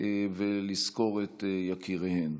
ולזכור את יקיריהן.